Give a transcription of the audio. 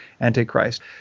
Antichrist